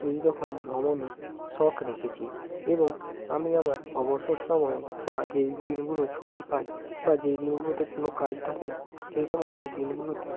এই রকম ভ্রমণের শখ রেখেছি এবং আমি আমার অবসর সময়ে বা যেই দিনগুলো ছুটি পাই বা যেই দিনগুলোতে কোনো কাজ থাকে না সেই সমস্ত দিনগুলোতে